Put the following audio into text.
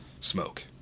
smoke